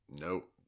Nope